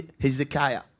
Hezekiah